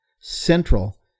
central